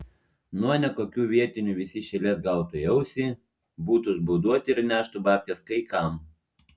nuo nekokių vietinių visi iš eilės gautų į ausį būtų užbauduoti ir neštų babkes kai kam